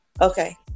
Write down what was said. Okay